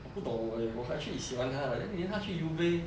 我不懂我也还去喜欢他的一年他去 EUFA